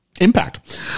impact